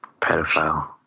pedophile